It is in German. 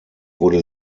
wurde